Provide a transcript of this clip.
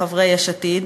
חברי יש עתיד,